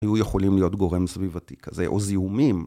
היו יכולים להיות גורם סביבתי כזה, או זיהומים.